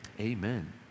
Amen